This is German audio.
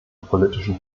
politischen